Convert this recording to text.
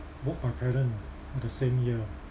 both my parent at the same year